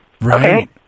Right